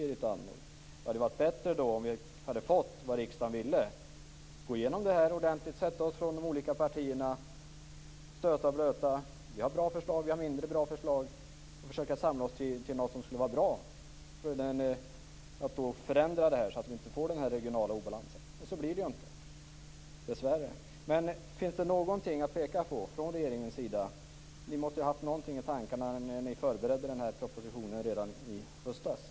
Det hade varit bättre om vi som riksdagen ville hade fått gå igenom det här ordentligt, om de olika partierna kunde sätta sig och stöta och blöta bra och mindre bra förslag och sedan försöka samla sig till något bra, så att vi inte får den här regionala obalansen. Så blir det dessvärre inte. Kan Berit Andnor peka på något i det här sammanhanget? Regeringen måste ha haft något i tankarna när man förberedde propositionen redan i höstas.